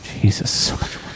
Jesus